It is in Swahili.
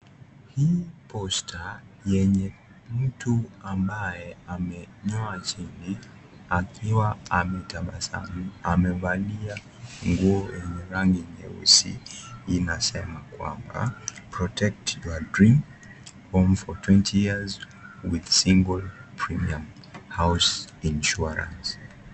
Hii posta yenye mtu ambaye amenyoa chini akiwa ametabasamu. Amevalia nguo yenye rangi nyeusi, inasema kwamba " protect your dream home for twenty years with single premium house insurance ".